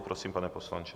Prosím, pane poslanče.